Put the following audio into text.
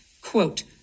quote